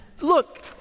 look